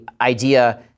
idea